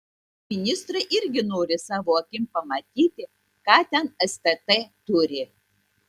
ministrai irgi nori savo akim pamatyti ką ten stt turi